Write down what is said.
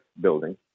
building